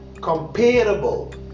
comparable